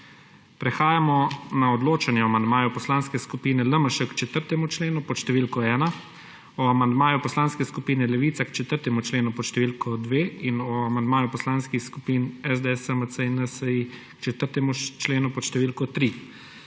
Prehajamo na odločanje o amandmaju Poslanske skupine LMŠ k 4. členu pod številko 1, o amandmaju Poslanske skupine Levica k 4. členu pod številko 2 in o amandmaju poslanskih skupin SDS, SMC in NSi k 4. členu pod številko 3.